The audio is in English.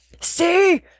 See